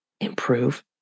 improve